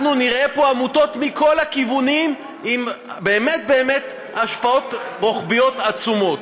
אנחנו נראה פה עמותות מכל הכיוונים עם באמת באמת השפעות רוחביות עצומות.